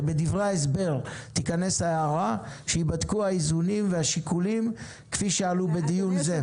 שבדברי ההסבר תיכנס הערה שייבדקו האיזונים והשיקולים כפי שעלו בדיון זה.